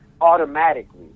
automatically